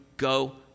go